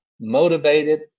motivated